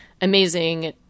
amazing